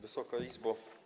Wysoka Izbo!